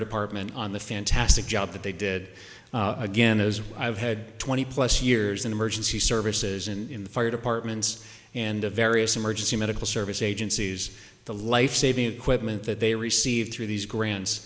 apartment on the fantastic job that they did again as i've had twenty plus years in emergency services and in the fire departments and of various emergency medical service agencies the lifesaving equipment that they received through these grants